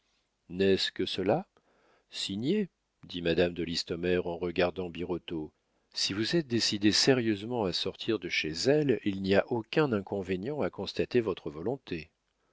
n'est-ce que cela signez dit madame de listomère en regardant birotteau si vous êtes décidé sérieusement à sortir de chez elle il n'y a aucun inconvénient à constater votre volonté